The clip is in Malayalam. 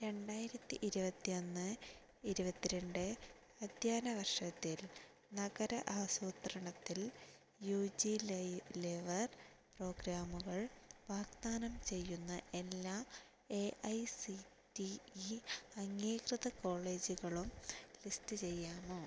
രണ്ടായിരത്തി ഇരുപത്തി ഒന്ന് ഇരുപത്തി രണ്ട് അധ്യയന വർഷത്തിൽ നഗര ആസൂത്രണത്തിൽ യു ജി ലെവൽ പ്രോഗ്രാമുകൾ വാഗ്ദാനം ചെയ്യുന്ന എല്ലാ A I C T E അംഗീകൃത കോളേജുകളും ലിസ്റ്റ് ചെയ്യാമോ